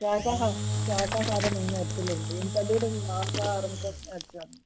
శాకాహ శాకాహారం ఏం వద్దులెండి ఇంతదూరం మాంసాహారం కోసం వచ్చాము